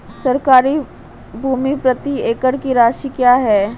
सरकारी भूमि प्रति एकड़ की राशि क्या है?